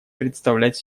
представлять